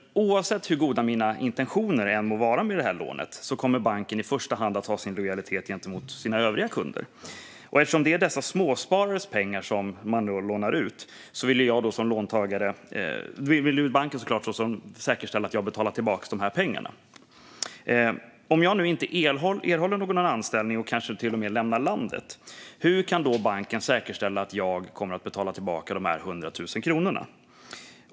Oavsett hur goda mina intentioner än må vara med lånet kommer banken ändå i första hand att ha sin lojalitet gentemot sina övriga kunder. Och eftersom det är dessa småsparares pengar som man lånar ut vill banken såklart säkerställa att jag betalar tillbaka pengarna. Om jag nu inte erhåller någon anställning och kanske till och med lämnar landet, hur kan då banken säkerställa att jag kommer att betala tillbaka dessa 100 000 kronor?